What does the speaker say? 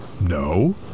No